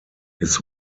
his